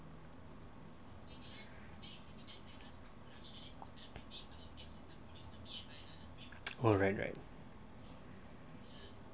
ah right